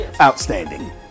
Outstanding